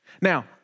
Now